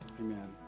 Amen